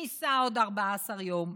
ניסה עוד 14 יום,